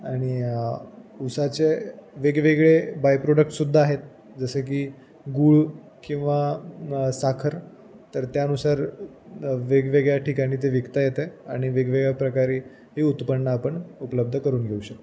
आणि ऊसाचे वेगवेगळे बाय प्रोडक्टसुद्धा आहेत जसे की गूळ किंवा साखर तर त्यानुसार वेगवेगळ्या ठिकाणी ते विकता येतं आणि वेगवेगळ्या प्रकारे हे उत्पन्न आपण उपलब्ध करून घेऊ शकतो